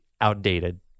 outdated